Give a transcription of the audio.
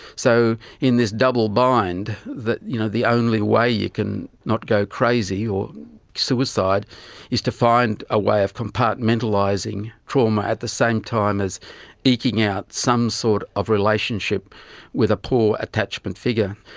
so in this double-blind, the you know the only way you can not go crazy or suicide is to find a way of compartmentalising trauma at the same time as eking out some sort of relationship with a poor attachment figure.